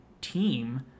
team